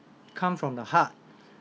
come from the heart